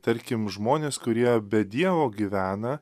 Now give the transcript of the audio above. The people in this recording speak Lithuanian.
tarkim žmonės kurie be dievo gyvena